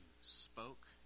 spoke